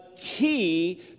key